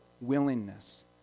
willingness